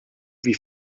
wie